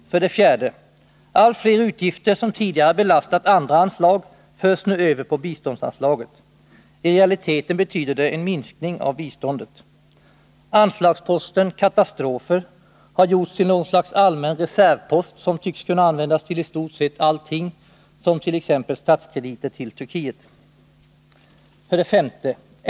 4. Allt fler utgifter, som tidigare belastat andra anslag, förs nu över på biståndsanslaget. I realiteten betyder det en minskning av biståndet. Anslagsposten Katastrofer har gjorts till något slags allmän reservpost, som tycks kunna användas till i stort sett allting, som t.ex. fjolårets statskredit till Turkiet. 5.